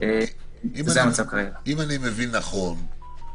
אם אני מבין נכון,